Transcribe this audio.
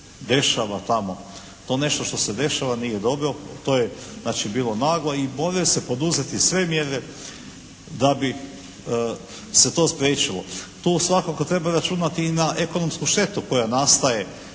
dešava tamo. To nešto što se dešava nije dobro, to je znači bolo naglo i moraju se poduzeti sve mjere da bi se to spriječilo. Tu svakako treba računati i na ekonomsku štetu koja nastaje